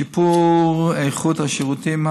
שיפור איכות השירותים,